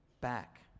back